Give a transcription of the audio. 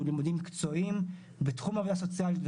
לימודים מקצועיים בתחום עבודה סוציאלית,